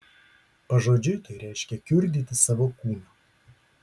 pažodžiui tai reiškia kiurdyti savo kūną